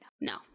no